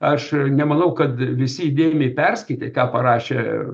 aš nemanau kad visi įdėmiai perskaitė ką parašė